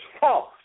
false